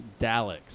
Daleks